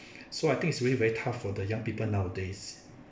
so I think is way very tough for the young people nowadays